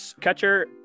Catcher